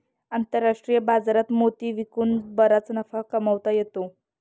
आंतरराष्ट्रीय बाजारात मोती विकून बराच नफा कमावता येतो